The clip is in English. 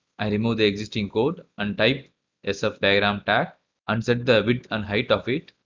i remove the existing code and type ah sfdiagram tag and set the width and height of it.